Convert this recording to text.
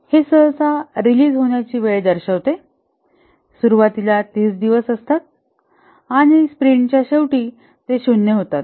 हे सहसा रिलीज होण्याची वेळ दर्शवते सुरुवातीला ३० दिवस असतात आणि स्प्रिंटच्या शेवटी ते 0 होतात